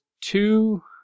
two